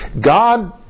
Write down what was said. God